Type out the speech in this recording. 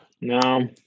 No